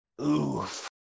Oof